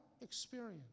experience